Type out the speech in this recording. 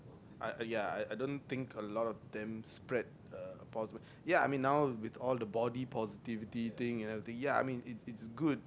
I ya I don't think a lot of them spread uh a positive ya I mean now with all the body positivity thing ya I mean it's it's good